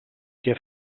què